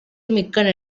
மிக்க